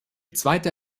zweite